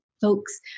folks